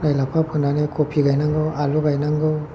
लाय लाफा फोनानै खफि गायनांगौ आलु गायनांगौ